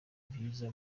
byiza